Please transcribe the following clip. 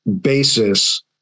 basis